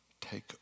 Take